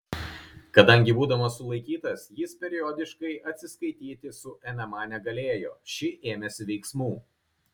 kadangi būdamas sulaikytas jis periodiškai atsiskaityti su nma negalėjo ši ėmėsi veiksmų